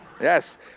Yes